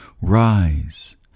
Rise